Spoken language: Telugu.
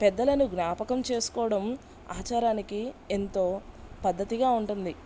పెద్దలను జ్ఞాపకం చేసుకోవడం ఆచారానికి ఎంతో పద్ధతిగా ఉంటుంది